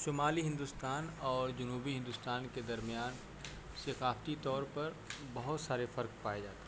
شمالی ہندوستان اور جنوبی ہندوستان کے درمیان ثقافتی طور پر بہت سارے فرق پائے جاتے ہیں